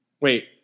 Wait